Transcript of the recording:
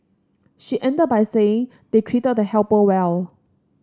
she ended by saying they treated the helper well